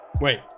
wait